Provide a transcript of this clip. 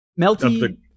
Melty